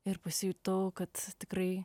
ir pasijutau kad tikrai